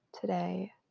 today